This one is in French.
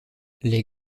les